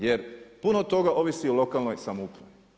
Jer puno toga ovisi o lokalnoj samoupravi.